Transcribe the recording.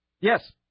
Yes